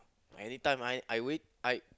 anytime I I wait I